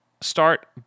start